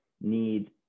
need